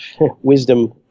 wisdom